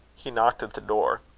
he knocked at the door.